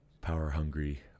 power-hungry